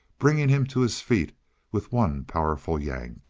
bringing him to his feet with one powerful yank.